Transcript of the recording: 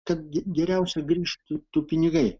kad geriausia grįžtų tų pinigai